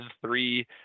three